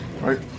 right